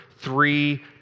three